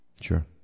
Sure